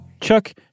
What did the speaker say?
Chuck